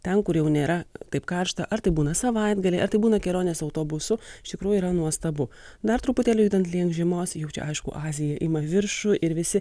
ten kur jau nėra taip karšta ar tai būna savaitgaliai ar tai būna kelionės autobusu iš tikrųjų yra nuostabu dar truputėlį judant link žiemos jau čia aišku azija ima viršų ir visi